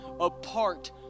apart